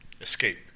Escape